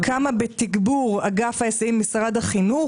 כמה בתגבור אגף ההיסעים משרד החינוך?